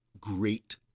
great